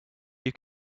you